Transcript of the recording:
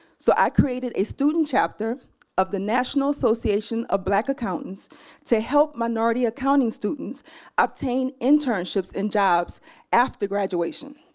so i created a student chapter of the national association of black accountants to help minority accounting students obtain internships and jobs after graduation.